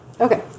Okay